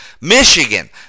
Michigan